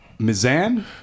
Mizan